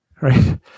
Right